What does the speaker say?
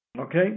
Okay